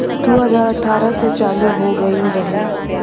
दू हज़ार अठारह से चालू हो गएल रहे